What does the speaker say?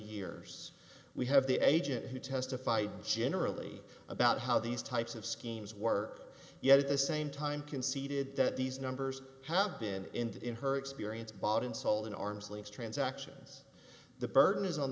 years we have the agent who testified she enter a plea about how these types of schemes work yet at the same time conceded that these numbers have been in her experience bought and sold in arms leaves transactions the burden is on